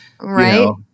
Right